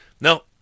No